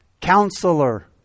Counselor